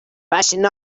bashing